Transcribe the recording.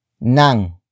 nang